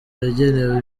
yagenewe